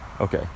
Okay